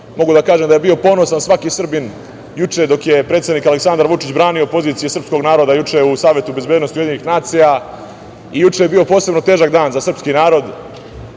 Mogu da kažem da je bio ponosan svaki Srbin juče dok je predsednik Aleksandar Vučić branio pozicije srpskog naroda juče u Savetu bezbednosti Ujedinjenih nacija. Juče je bio posebno težak dan za srpski narod,